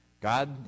God